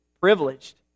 privileged